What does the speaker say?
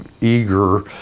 eager